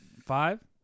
Five